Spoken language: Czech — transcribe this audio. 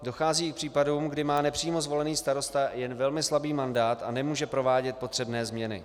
Dochází i k případům, kdy má nepřímo zvolený starosta jen velmi slabý mandát a nemůže provádět potřebné změny.